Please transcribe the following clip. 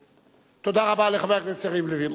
תודה רבה לחבר הכנסת יריב לוין.